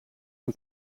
een